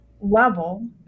level